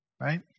Right